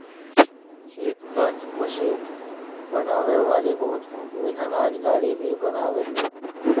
खेती कअ मशीन बनावे वाली बहुत कंपनी अनाज गाड़ी भी बनावेले